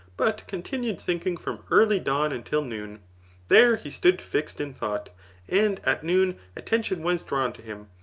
but continued thinking from early dawn until noon there he stood fixed in thought and at noon attention was drawn to him,